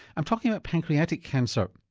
i'm talking about pancreatic cancer.